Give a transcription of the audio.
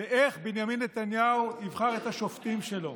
איך בנימין נתניהו יבחר את השופטים שלו